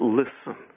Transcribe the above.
listen